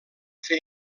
fer